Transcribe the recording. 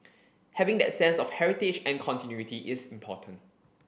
having that sense of heritage and continuity is important